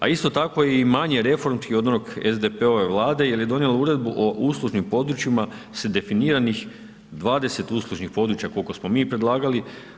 A isto tako je i manje reformski od onog SDP-ove Vlade jer je donijela uredbu o uslužnim područjima s definiranih 20 uslužnih područja koliko smo mi predlagali.